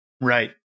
right